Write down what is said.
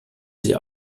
sie